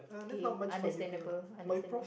okay understandable understand